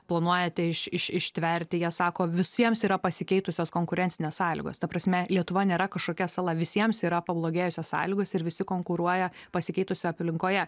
planuojate iš iš ištverti jie sako visiems yra pasikeitusios konkurencinės sąlygos ta prasme lietuva nėra kažkokia sala visiems yra pablogėjusios sąlygos ir visi konkuruoja pasikeitusioje aplinkoje